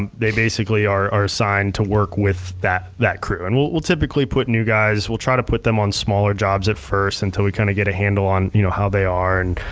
ah they basically are are assigned to work with that that crew, and we'll we'll typically put new guys, we'll try to put them on smaller jobs at first until we kind of get a handle on you know how they are, and